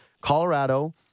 Colorado